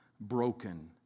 Broken